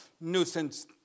nuisance